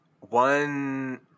One